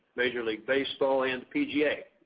major league baseball and pga.